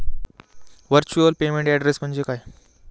Virtual payment address म्हणजे काय?